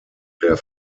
der